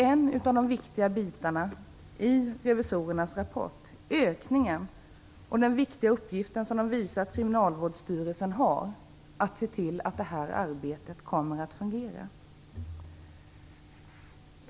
En viktig bit i revisorernas rapport gäller alltså en ökning här och att visa på den viktiga uppgift som Kriminalvårdsstyrelsen har när det gäller att se till att denna verksamhet fungerar.